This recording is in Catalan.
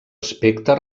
aspecte